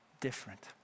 different